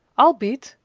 i'll beat,